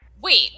Wait